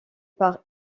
par